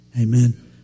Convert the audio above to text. amen